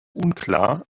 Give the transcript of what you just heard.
unklar